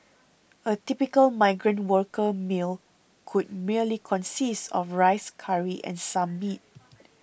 a typical migrant worker meal could merely consist of rice curry and some meat